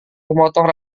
memotong